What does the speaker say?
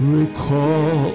recall